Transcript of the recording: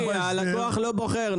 הלקוח לא בוחר.